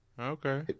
Okay